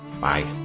Bye